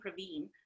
Praveen